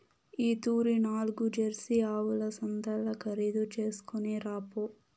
ఈ తూరి నాల్గు జెర్సీ ఆవుల సంతల్ల ఖరీదు చేస్కొని రాపో